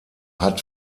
hat